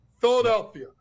Philadelphia